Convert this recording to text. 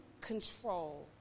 control